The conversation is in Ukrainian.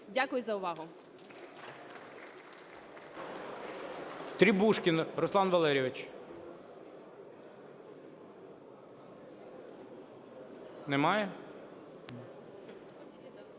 Дякую за увагу.